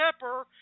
pepper